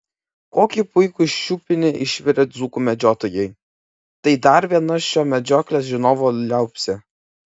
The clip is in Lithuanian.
kokį puikų šiupinį išvirė dzūkų medžiotojai tai dar viena šio medžioklės žinovo liaupsė